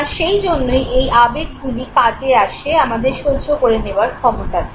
আর সেই জন্যই এই আবেগগুলি কাজে আসে আমাদের সহ্য করে নেওয়ার ক্ষমতাতে